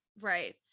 right